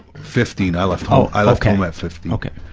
fifteen. i left home, i left home at fifteen. ok,